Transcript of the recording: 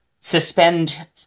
suspend